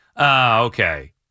okay